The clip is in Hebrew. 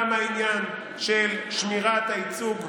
גם העניין של שמירת הייצוג,